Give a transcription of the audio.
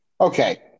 Okay